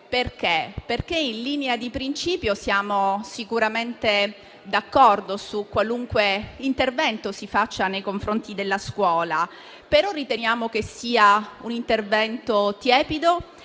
asterremo, perché in linea di principio siamo sicuramente d'accordo su qualunque intervento si faccia nei confronti della scuola, però riteniamo che quello previsto nel